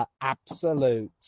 absolute